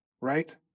right